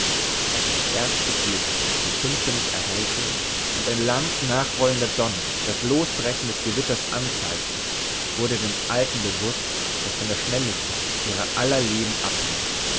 als der erste blitz die finsternis erhellte und ein lang nachrollender donner das losbrechen des gewitters anzeigte wurde dem alten bewußt daß von der schnelligkeit ihrer aller leben abhing